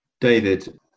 David